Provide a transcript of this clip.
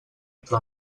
entre